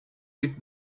with